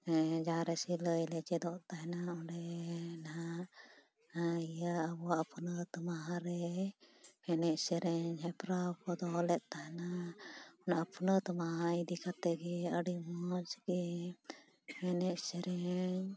ᱦᱮᱸ ᱡᱟᱦᱟᱨᱮ ᱥᱤᱞᱟᱹᱭᱞᱮ ᱪᱮᱫᱚᱜ ᱛᱟᱦᱮᱱᱟ ᱚᱸᱰᱮ ᱱᱟᱜ ᱤᱭᱟᱹ ᱟᱵᱚᱣᱟᱜ ᱟᱯᱱᱟᱹᱛ ᱢᱟᱦᱟᱨᱮ ᱮᱱᱮᱡ ᱥᱮᱨᱮᱧ ᱦᱮᱯᱨᱟᱣ ᱠᱚ ᱫᱚᱦᱚᱞᱮᱫ ᱛᱟᱦᱮᱱᱟ ᱚᱱᱟ ᱟᱹᱯᱱᱟᱹᱛ ᱢᱟᱦᱟ ᱤᱫᱤ ᱠᱟᱛᱮ ᱜᱮ ᱟᱹᱰᱤ ᱢᱚᱡᱽᱜᱮ ᱮᱱᱮᱡ ᱥᱮᱨᱮᱧ